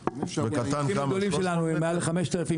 הסניפים הגדולים שלנו הם מעל ל-5,000,